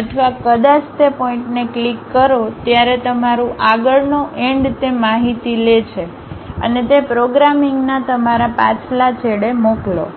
અથવા કદાચ તે પોઇન્ટને ક્લિક કરો ત્યારે તમારું આગળનો એન્ડ તે માહિતી લે છે અને તે પ્રોગ્રામિંગના તમારા પાછલા છેડે મોકલો